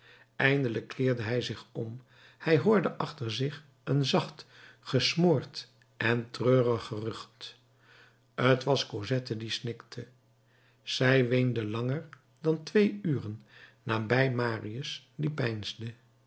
eindelijk keerde hij zich om hij hoorde achter zich een zacht gesmoord en treurig gerucht t was cosette die snikte zij weende langer dan twee uren nabij marius die